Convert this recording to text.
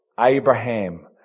Abraham